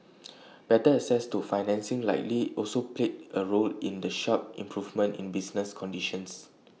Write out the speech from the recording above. better access to financing likely also played A role in the sharp improvement in business conditions